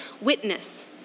witness